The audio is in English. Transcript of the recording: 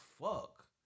fuck